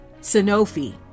Sanofi